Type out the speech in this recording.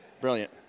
Brilliant